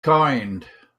kind